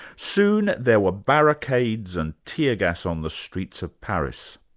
soon there were barricades and tear gas on the streets of paris.